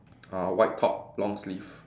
uh white top long sleeve